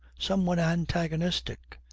some one antagonistic?